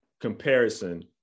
comparison